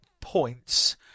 points